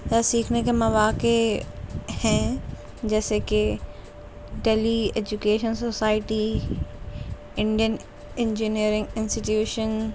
یا سیکھنے کے مواقع ہیں جیسے کہ Delhi education society Indian engineering institution